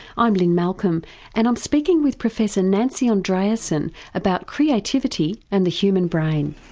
i'm lynne malcolm and i'm speaking with professor nancy andreasen about creativity and the human brain.